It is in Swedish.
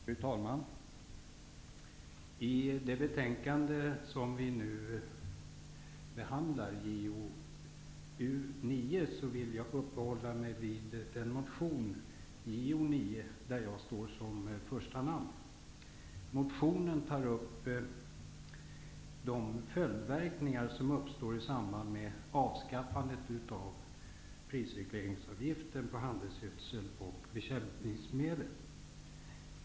Fru talman! När det gäller det betänkande som vi nu behandlar, JoU9, vill jag uppehålla mig vid den motion, JoU9, där jag står som första namn. Motionen tar upp de följdverkningar som uppstår i samband med avskaffandet av prisregleringsavgiften på handelsgödsel och bekämpningsmedel.